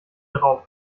drauf